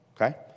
Okay